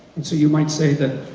and so you might say that